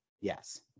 Yes